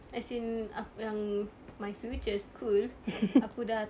as in ah yang my future school aku dah